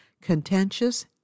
contentious